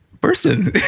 person